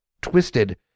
twisted